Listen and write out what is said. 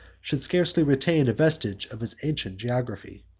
should scarcely retain a vestige of its ancient geography.